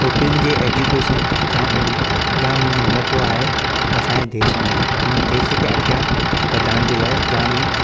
छोकिरिनि जे एजुकेशन जाम इं जाम ई महत्व आहे असांजे देश में हुन देश खे अॻियां वधाइण जे लाइ जाम ई